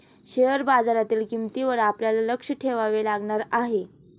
share बाजारातील किंमतींवर आपल्याला लक्ष ठेवावे लागणार आहे